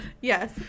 Yes